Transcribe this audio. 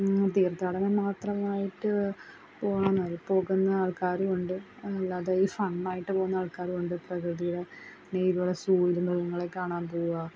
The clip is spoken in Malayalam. എന്നും തീർത്ഥാടനം മാത്രമായിട്ട് പോണമെന്നല്ല പോവുന്ന ആൾക്കാരുമുണ്ട് അല്ലാതെയി ഫണ്ണായിട്ട് പോകുന്ന ആൾക്കാരുമുണ്ട് പ്രകൃതീടെ ദേ ഇതുപോലെ സൂയിൽ മൃഗങ്ങളെക്കാണാൻ പോവാം